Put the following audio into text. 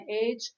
age